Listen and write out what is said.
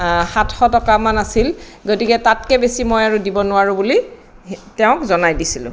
সাতশ টকামান আছিল গতিকে তাতকৈ বেছি মই আৰু দিব নোৱাৰোঁ বুলি তেওঁক জনাই দিছিলোঁ